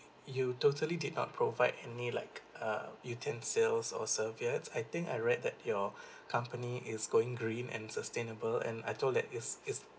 you totally did not provide any like uh utensils or serviette I think I read that your company is going green and sustainable and I told that it's it's